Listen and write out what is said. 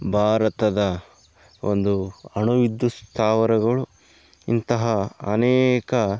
ಭಾರತದ ಒಂದು ಅಣು ವಿದ್ಯುತ್ ಸ್ಥಾವರಗಳು ಇಂತಹ ಅನೇಕ